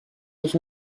mich